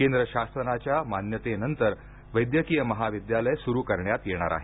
केंद्र शासनाच्या मान्यतेनंतर वैद्यकीय महाविद्यालय सुरु करण्यात येणार आहे